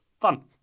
Fun